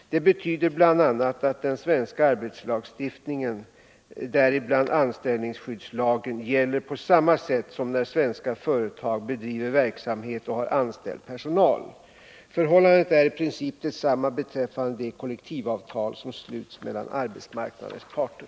Det betyder bl.a. att den svenska arbetslagstiftningen — däribland anställningsskyddslagen — gäller på samma sätt som när svenska företag bedriver verksamhet och har anställd personal. Förhållandet är i princip detsamma beträffande de kollektivavtal som sluts mellan arbetsmarknadens parter.